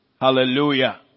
Hallelujah